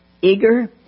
eager